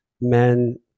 men